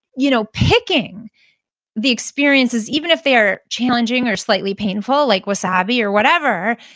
you know picking the experiences, even if they are challenging or slightly painful, like wasabi or whatever,